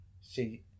See